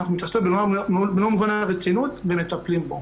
אנחנו מתייחסים במלוא מובן הרצינות ומטפלים בו.